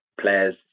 players